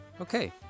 Okay